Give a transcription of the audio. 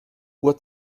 uhr